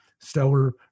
Stellar